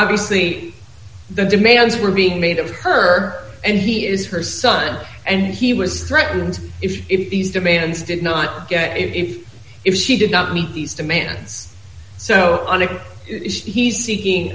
obviously the demands were being made of her and he is her son and he was threatened if these demands did not get if if she did not meet these demands so on if he's seeking